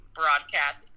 broadcast